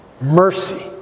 mercy